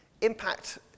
Impact